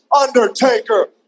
Undertaker